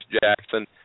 Jackson